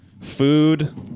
food